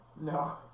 No